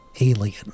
Alien